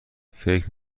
فکر